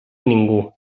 ningú